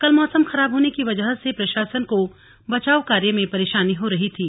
कल मौसम खराब होने की वजह से प्रशासन को बचाव कार्य में परेशानी हो रही थी